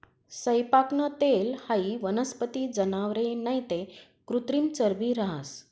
सैयपाकनं तेल हाई वनस्पती, जनावरे नैते कृत्रिम चरबी रहास